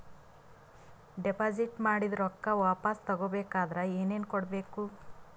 Deposit ಮಾಡಿದ ರೊಕ್ಕ ವಾಪಸ್ ತಗೊಬೇಕಾದ್ರ ಏನೇನು ಕೊಡಬೇಕು?